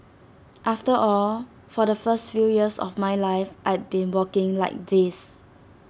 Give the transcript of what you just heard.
after all for the first few years of my life I'd been walking like this